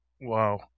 wow